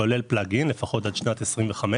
כולל פלג אין לפחות עד שנת 2025,